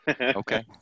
Okay